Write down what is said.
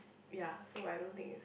ya so I don't think it's